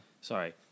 Sorry